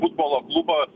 futbolo klubą